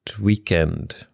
weekend